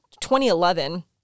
2011